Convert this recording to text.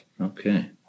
Okay